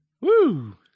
Woo